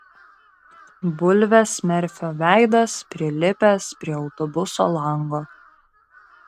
bulvės merfio veidas prilipęs prie autobuso lango